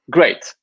Great